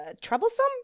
Troublesome